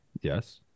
Yes